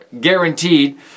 guaranteed